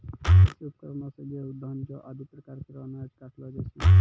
कृषि उपकरण सें गेंहू, धान, जौ आदि प्रकार केरो अनाज काटलो जाय छै